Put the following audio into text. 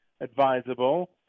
advisable